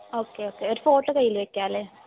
okay okay ഒരു photo കയ്യിൽ വെക്കാമല്ലേ